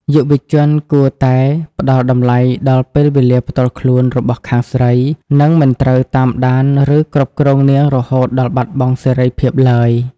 យុវជនគួរតែ "ផ្ដល់តម្លៃដល់ពេលវេលាផ្ទាល់ខ្លួន" របស់ខាងស្រី និងមិនត្រូវតាមដាន ឬគ្រប់គ្រងនាងរហូតដល់បាត់បង់សេរីភាពឡើយ។